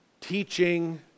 teaching